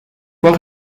fois